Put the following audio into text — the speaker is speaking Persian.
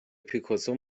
پیکاسو